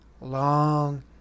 long